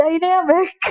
dynamic